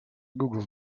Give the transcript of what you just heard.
google